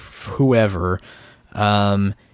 whoever